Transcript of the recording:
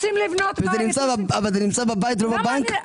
אבל זה בבית, לא בבנק?